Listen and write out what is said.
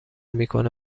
میکنه